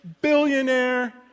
billionaire